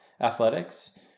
Athletics